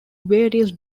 various